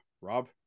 Rob